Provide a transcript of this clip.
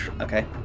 Okay